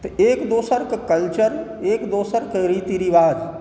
तऽ एक दोसरके कल्चर एक दोसरके रीति रिवाज